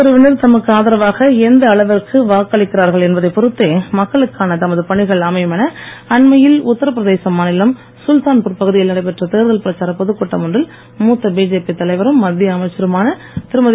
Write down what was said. தேர்தலில் எந்தப் பிரிவினர் தமக்கு ஆதரவாக எந்தளவிற்கு வாக்களிக்கிறார்கள் என்பதை பொறுத்தே மக்களுக்கான தமது பணிகள் அமையும் என அண்மையில் உத்தரப்பிரதேசம் மாநிலம் சுல்தான்பூர் பகுதியில் நடைபெற்ற தேர்தல் பிரச்சார பொதுக் கூட்டம் ஒன்றில் மூத்த பிஜேபி தலைவரும் மத்திய அமைச்சருமான திருமதி